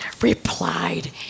replied